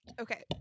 Okay